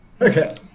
okay